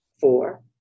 four